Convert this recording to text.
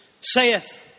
saith